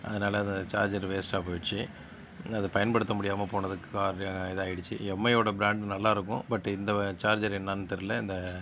அதனால் அந்த சார்ஜர் வேஸ்ட்டாக போய்டுச்சு நான் அதை பயன்படுத்த முடியாமல் போனதுக்காக இதாகிடுச்சு எம்ஐயோடய பிராண்டு நல்லாயிருக்கும் பட் இந்த சார்ஜரு என்னென்னு தெரியலை இந்த